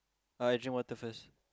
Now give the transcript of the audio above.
I drink water first